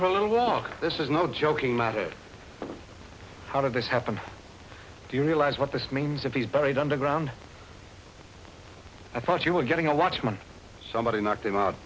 for a little walk this is no joking matter how did this happen do you realize what this means if he's buried underground i thought you were getting a watchman somebody knocked him out